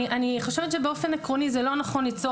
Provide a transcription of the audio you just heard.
אני חושבת שבאופן עקרוני זה לא נכון ליצור